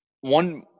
one